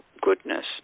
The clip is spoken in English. goodness